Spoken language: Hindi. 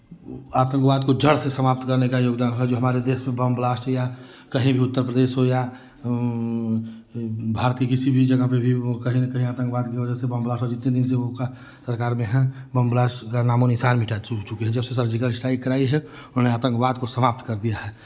आतंकवाद को जड़ से समाप्त करने का योगदान है जो हमारे देश में बमब्लास्ट या कहीं भी उत्तर प्रदेश हो या भारत के किसी भी जगह पे भी वो कहीं ना कहीं आतंकवाद की वजह से बमब्लास्ट हो इतने दिन से वो का सरकार में हैं बमब्लास्ट का नामों निशान मिटा चु चुके जबसे सर्जिकल स्ट्राइक कराई है उन्होंने आतंकवाद को समाप्त कर दिया है